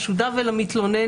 נושא חשוב נוסף לנושא של קטינים.